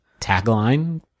tagline